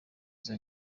izo